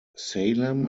salem